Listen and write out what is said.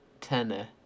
tenner